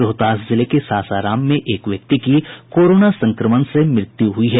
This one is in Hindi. रोहतास जिले के सासाराम में एक व्यक्ति की कोरोना संक्रमण से मृत्यु हुई है